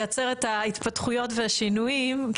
לייצר את ההתפתחויות והשינויים,